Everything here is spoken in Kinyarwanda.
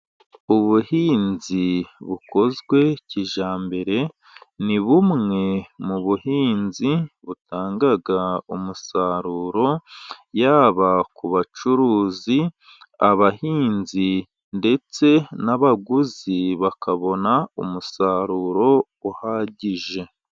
Ibuhinzi bukozwe kijyambere ni bumwe mu buhinzi butanga umusaruro yaba ku bacuruzi, abahinzi ndetse n'abaguzi bakabona umusaruro uhagije.